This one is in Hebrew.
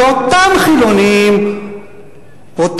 ואותם חילונים אומרים,